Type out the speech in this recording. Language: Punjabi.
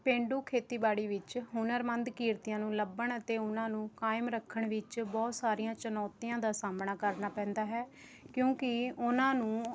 ਪੇਂਡੂ ਖੇਤੀਬਾੜੀ ਵਿੱਚ ਹੁਨਰਮੰਦ ਕਿਰਤੀਆਂ ਨੂੰ ਲੱਭਣ ਅਤੇ ਉਹਨਾਂ ਨੂੰ ਕਾਇਮ ਰੱਖਣ ਵਿੱਚ ਬਹੁਤ ਸਾਰੀਆਂ ਚੁਣੌਤੀਆਂ ਦਾ ਸਾਹਮਣਾ ਕਰਨਾ ਪੈਂਦਾ ਹੈ ਕਿਉਂਕਿ ਉਹਨਾਂ ਨੂੰ